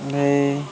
ନେଇ